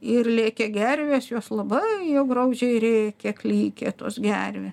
ir lėkė gervės jos labai jau graudžiai rėkė klykė tos gervė